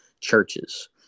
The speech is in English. Churches